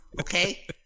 Okay